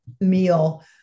meal